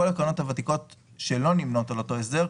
קרנות הוותיקות שלא נמנות על אותו הסדר,